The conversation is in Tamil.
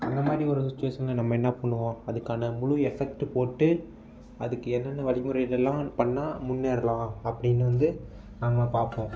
அந்தமாதிரி ஒரு சிச்சிவேஷன்ல நம்ம என்ன பண்ணுவோம் அதுக்கான முழு எஃபெக்ட்டு போட்டு அதுக்கு என்னென்ன வழிமுறையிலலாம் பண்ணிணா முன்னேறலாம் அப்படின்னு வந்து நாங்கள் பார்ப்போம்